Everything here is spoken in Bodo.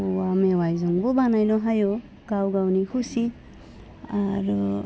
औवा मेवाइजोंबो बानायनो हायो गाव गावनि खुसि आरो